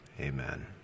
amen